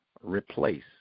Replace